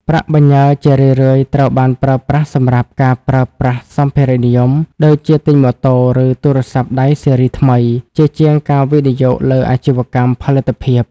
ប្រាក់បញ្ញើជារឿយៗត្រូវបានប្រើប្រាស់សម្រាប់ "ការប្រើប្រាស់សម្ភារៈនិយម" ដូចជាទិញម៉ូតូ ឬ ទូរស័ព្ទដៃស៊េរីថ្មី ជាជាងការវិនិយោគលើអាជីវកម្មផលិតភាព។